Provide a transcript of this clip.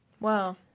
Wow